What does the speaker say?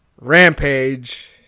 rampage